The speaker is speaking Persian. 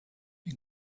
این